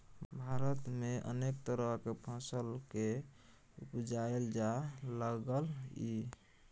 भारत में अनेक तरह के फसल के उपजाएल जा लागलइ